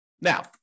Now